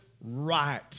right